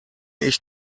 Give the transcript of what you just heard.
ich